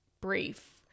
brief